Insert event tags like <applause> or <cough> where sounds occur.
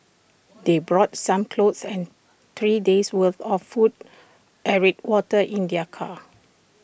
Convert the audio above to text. <noise> they brought some clothes and three days' worth of food <unintelligible> water in their car